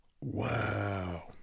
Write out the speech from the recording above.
Wow